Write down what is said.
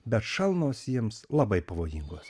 bet šalnos jiems labai pavojingos